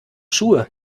schuhe